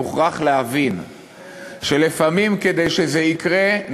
מוכרח להבין שלפעמים כדי שזה יקרה,